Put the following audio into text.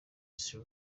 sri